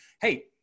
Hey